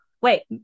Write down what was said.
wait